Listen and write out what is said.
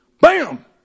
Bam